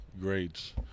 grades